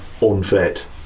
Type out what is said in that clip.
unfit